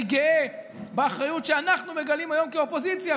אני גאה באחריות שאנחנו מגלים היום כאופוזיציה.